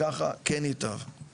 ככה כן ייטב.